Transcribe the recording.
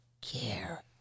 care